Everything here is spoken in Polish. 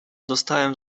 dostałem